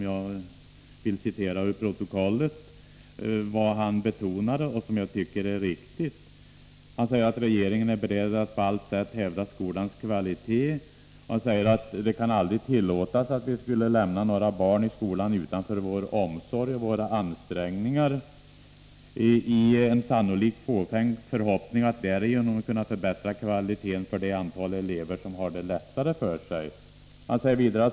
Jag citerar ur protokollet vad han då betonade: ”Regeringen är beredd att på allt sätt hävda skolans kvalitet ———: det kan aldrig tillåtas att vi skulle lämna några barn i skolan utanför vår omsorg och våra ansträngningar i en sannolikt fåfäng förhoppning att därigenom kunna förbättra kvaliteten för det antal elever som har det lättare för sig.